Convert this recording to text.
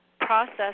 process